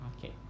Okay